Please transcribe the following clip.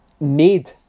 made